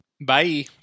Bye